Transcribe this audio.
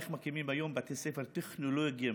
איך מקימים היום בתי ספר טכנולוגיים